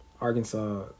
Arkansas